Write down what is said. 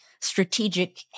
strategic